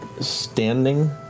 Standing